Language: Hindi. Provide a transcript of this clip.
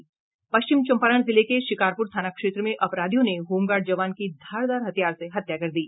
पश्चिम चम्पारण जिले के शिकारपुर थाना क्षेत्र में अपराधियों ने होमगार्ड जवान की धारदार हथियार से हत्या कर दी है